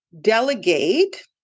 delegate